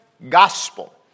Gospel